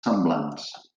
semblants